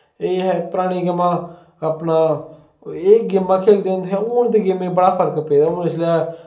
एह् हे परानी गेमां अपनै एह् गेमां खेढदे होंदे हे हून ते गेमें बड़ा फर्क पेदा हून इसलै